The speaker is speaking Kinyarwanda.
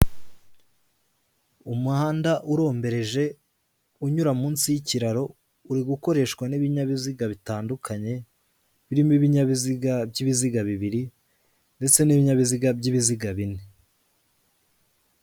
Umuhanda urombereje, unyura munsi y'ikiraro, uri gukoreshwa n'ibinyabiziga bitandukanye, birimo ibinyabiziga by'ibiziga bibiri, ndetse n'ibinyabiziga by'ibiziga bine.